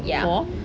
ya